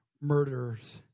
murderers